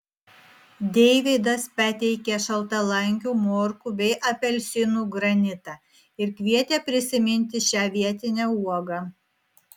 deivydas pateikė šaltalankių morkų bei apelsinų granitą ir kvietė prisiminti šią vietinę uogą